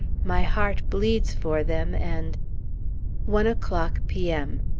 my heart bleeds for them and one o'clock p m.